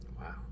Wow